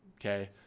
Okay